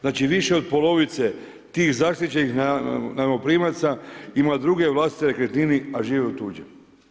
Znači više od polovice tih zaštićenih najmoprimaca ima druge vlastite nekretnine, a žive u tuđem.